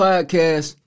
Podcast